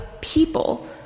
people